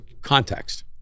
context